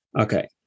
okay